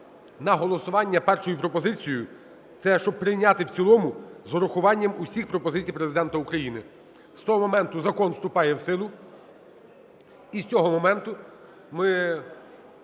на голосування першою пропозицією, це, щоб прийняти в цілому з урахуванням усіх пропозицій Президента України. З того моменту закон вступає в силу і з цього моменту ми